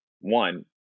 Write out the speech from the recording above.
one